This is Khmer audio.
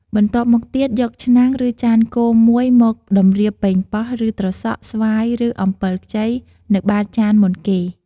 បន្ទាប់មកទៀត យកឆ្នាំង ឬចានគោមមួយមកតម្រៀបប៉េងប៉ោះ ឬត្រសក់ ស្វាយ ឬអំពិលខ្ចី នៅបាតចានមុនគេ។